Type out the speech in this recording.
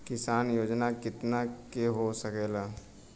किसान योजना कितना के हो सकेला?